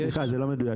אני מאגף התקציבים.